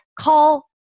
call